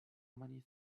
many